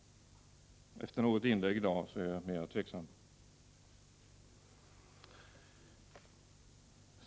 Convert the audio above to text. Efter något inlägg i dag är jag mer tveksam.